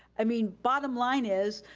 i mean, bottom line is,